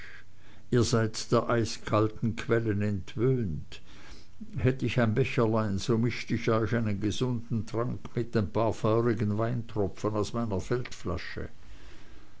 ihr seid der eiskalten quellen entwöhnt hätt ich ein becherlein so mischt ich euch einen gesunden trank mit ein paar feurigen weintropfen aus meiner